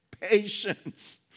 patience